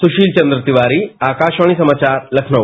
सुशीलचंद्र तिवारी आकाशवाणी समाचार लखनऊ